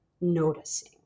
noticing